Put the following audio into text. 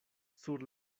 sur